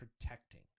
protecting